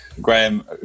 Graham